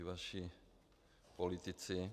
Ti vaši politici.